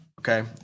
okay